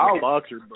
boxer